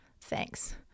Thanks